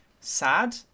sad